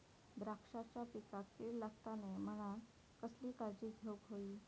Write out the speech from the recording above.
द्राक्षांच्या पिकांक कीड लागता नये म्हणान कसली काळजी घेऊक होई?